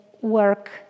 work